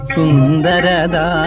Sundarada